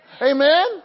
Amen